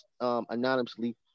anonymously